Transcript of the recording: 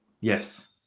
Yes